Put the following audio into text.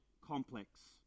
complex